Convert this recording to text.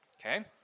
Okay